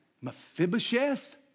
Mephibosheth